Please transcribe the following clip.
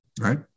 right